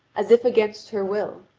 as if against her will,